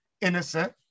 innocent